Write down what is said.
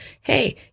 hey